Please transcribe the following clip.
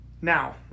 Now